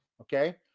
okay